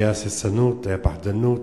היתה הססנות, היתה פחדנות,